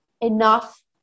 enough